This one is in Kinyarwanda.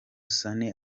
sunny